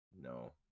no